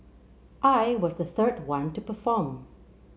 I was the third one to perform